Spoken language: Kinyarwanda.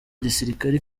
gisirikare